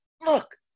look